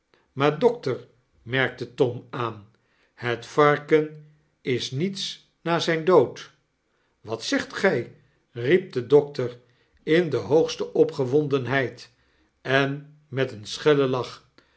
maar dokter merkte tom aan het varken is niets na zyn dood wat zegt gij riep de dokter in de hoogste opgewondenheid en met een schellen lach